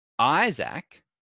Isaac